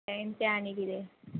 तेंचें आनी कितें